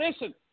listen